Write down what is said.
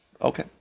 Okay